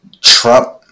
Trump